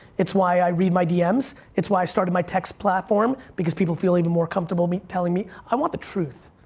it's why i read my dms. it's why i started my text platform, because people feel even more comfortable telling me. i want the truth,